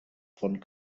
von